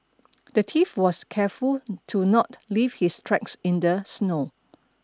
the thief was careful to not leave his tracks in the snow